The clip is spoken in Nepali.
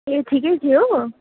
ए ठिकै थियो